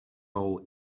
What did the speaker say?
all